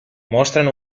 mostren